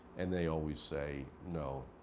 and they always say no.